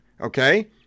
Okay